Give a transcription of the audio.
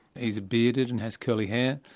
he's bearded and has curly hair.